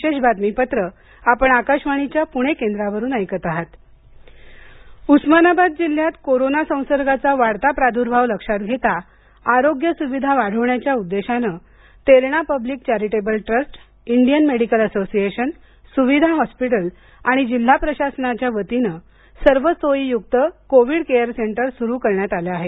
intro Osmanabad जिल्ह्यात corona संसर्गाचा वाढता प्रादुर्भाव लक्षात घेता आरोग्य सुविधा वाढवण्याच्या उद्देशाने Terna public charitable trust Indian medical association स्विधा हॉस्पिटल आणि जिल्हा प्रशासनाच्या वतीने सर्व सोयींयुक्त कोविंड केअर सेंटर स्रू करण्यात आलं आहे